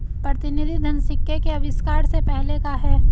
प्रतिनिधि धन सिक्के के आविष्कार से पहले का है